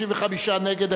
35 נגד,